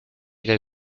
que